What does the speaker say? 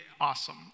awesome